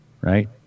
right